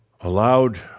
allowed